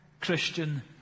Christian